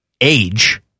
age